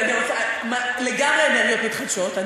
לגמרי אנרגיות מתחדשות.